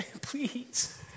please